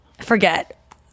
forget